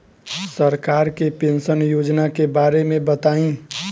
सरकार के पेंशन योजना के बारे में बताईं?